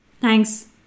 Thanks